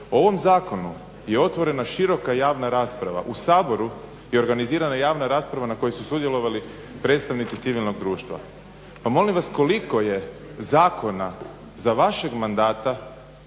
O ovom zakonu je otvorena široka javna rasprava. U Saboru je organizirana javna rasprava na kojoj su sudjelovali predstavnici civilnog društva. Pa molim vas koliko je zakona za vašeg mandata